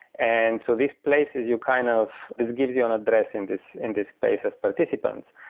and so these places you kind of this gives you an address in this in this space of participants.